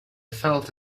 felt